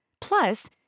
Plus